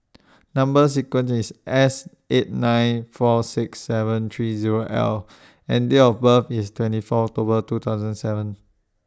Number sequence IS S eight nine four six seven three Zero L and Date of birth IS twenty four October two thousand seven